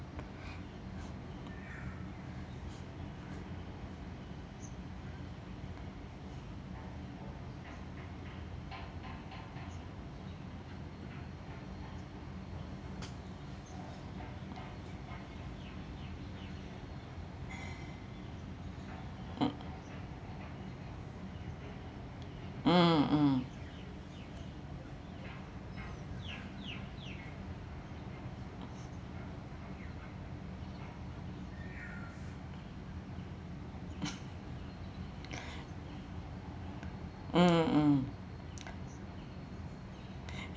mm mm mm mm